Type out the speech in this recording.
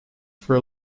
for